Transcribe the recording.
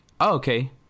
okay